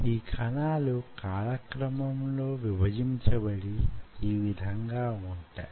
ఈ కణాలు కాల క్రమంలో విభజించబడి యీ విధంగా వుంటాయి